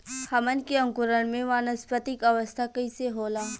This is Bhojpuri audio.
हमन के अंकुरण में वानस्पतिक अवस्था कइसे होला?